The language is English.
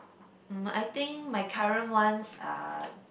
mm I think my current ones are